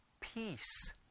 peace